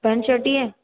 paint shirt ही है